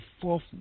fourth